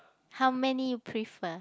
how many you prefer